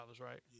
right